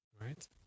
Right